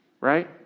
right